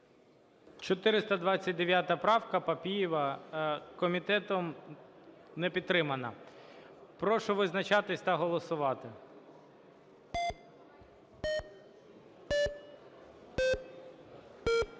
441 правку Дубеля. Комітетом не підтримана. Прошу визначатись та голосувати.